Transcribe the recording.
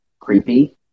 creepy